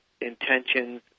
intentions